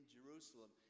Jerusalem